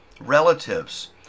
relatives